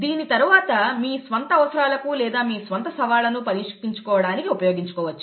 దీనిని తర్వాత మీ స్వంత అవసరాలకు లేదా మీ స్వంత సవాళ్లను పరిష్కరించుకోవడానికి ఉపయోగించుకోవచ్చు